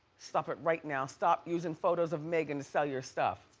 stop it right now, stop using photos of meghan to sell your stuff.